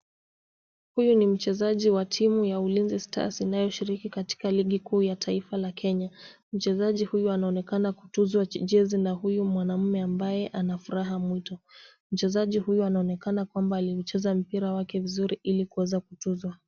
Huyu ni mchezaji wa timu ya Ulinzi stars inayoshiriki katika ligi kuu ya taifa la Kenya. Mchezaji huyu anaonekana kutuzwa jezi na huyu mwanaume ambaye ana furaha mwitu. Mchezaji anaonekana aliucheza mpira wake vizuri ili kutuzwa.